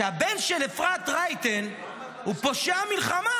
שהבן של אפרת רייטן הוא פושע מלחמה.